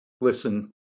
listen